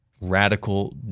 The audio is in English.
radical